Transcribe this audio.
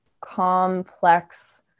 complex